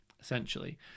essentially